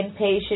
inpatient